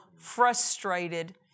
frustrated